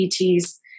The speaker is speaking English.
ETs